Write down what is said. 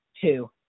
Two